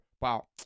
wow